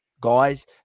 guys